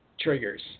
triggers